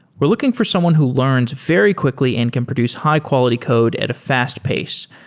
we're looking for someone who learns very quickly and can produce high-quality code at a fast pace.